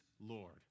Lord